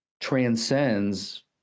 transcends